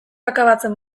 akabatzen